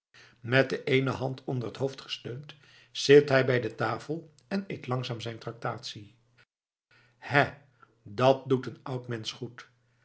met de eene hand onder het hoofd gesteund zit hij bij de tafel en eet langzaam zijn traktatie hè dat doet een oud mensch goed